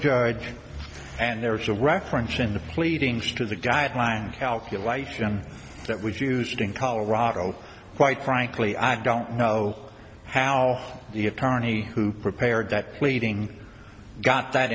judge and there was a reference in the pleadings to the guideline calculation that was used in colorado quite frankly i don't know how the attorney who prepared that pleading got that